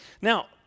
Now